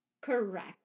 Correct